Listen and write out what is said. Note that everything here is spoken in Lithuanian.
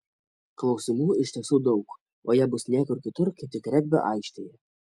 klausimų iš tiesų daug o jie bus niekur kitur kaip tik regbio aikštėje